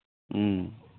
ꯎꯝ